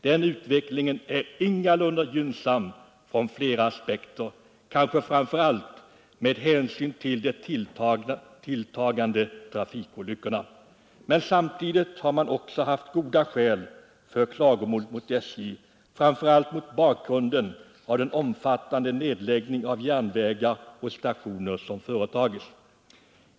Den utvecklingen är från flera aspekter ingalunda gynnsam, kanske framför allt med hänsyn till de tilltagande trafikolyckorna. Men samtidigt har man haft goda skäl för klagomål mot SJ, framför allt mot bakgrund av den omfattande nedläggningen av järnvägar och stationer.